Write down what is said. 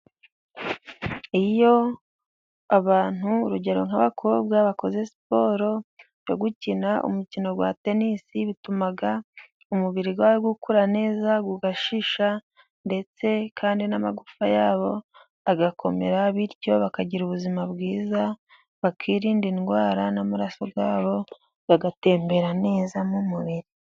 Iyo abantu urugero nk'abakobwa bakoze siporo yo gukina umukino wa tenisi, bituma umubiri ukora neza ugashisha ndetse kandi n'amagufa yabo agakomera bityo bakagira ubuzima bwiza ,bakirinda indwara n'amaraso yabo agatembera neza mu mubiri.